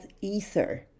ether